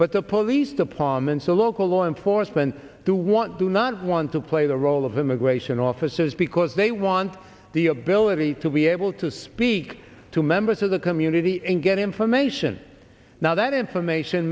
but the police departments the local law enforcement do want do not want to play the role of immigration officers because they want the ability to be able to speak to members of the community and get information now that information